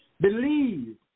Believe